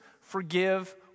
Forgive